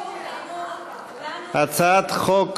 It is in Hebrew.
הצעת חוק